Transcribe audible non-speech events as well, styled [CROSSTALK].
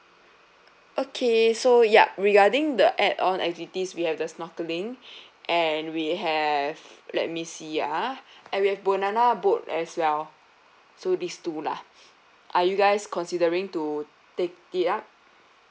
okay so yup regarding the add-on activities we have the snorkeling [BREATH] and we have let me see ah and we have banana boat as well so these two lah are you guys considering to take it up